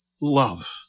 love